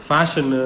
Fashion